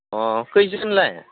अ खैजोनलाय